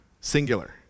singular